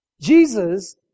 Jesus